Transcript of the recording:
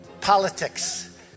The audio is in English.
politics